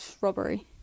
robbery